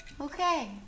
Okay